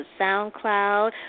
SoundCloud